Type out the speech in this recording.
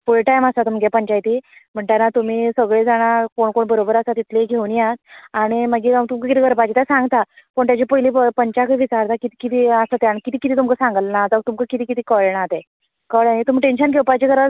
फूल time आसा तुमगे पंचायती म्हणटाना तुमी सगळें जाणां कोण कोण बरोबर आसा तितलीय घेवून या आनी मागीर हांव तुमकां कितें करपाचें तें सांगता पूण तेच्या पयलीं पंचाकय विचारता कितें कितें आसा तें आनी कितें कितें तुमकां सागलें ना जाव तुमकां कितें कितें कळ्ळें ना तें कळ्ळें तुमी टेंन्शन घेवपाची गरज